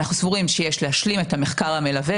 אנחנו סבורים שיש להשלים את המחקר המלווה